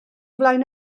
flaen